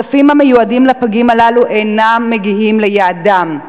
הכספים המיועדים לפגים הללו אינם מגיעים ליעדם.